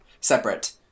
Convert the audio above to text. separate